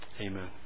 Amen